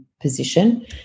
position